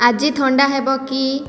ଆଜି ଥଣ୍ଡା ହେବ କି